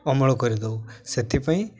ଅମଳ କରିଦେଉ ସେଥିପାଇଁ